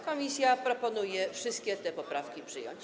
Komisja proponuje wszystkie te poprawki przyjąć.